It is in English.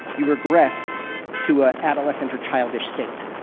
you regress to an adolescent or childish state.